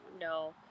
No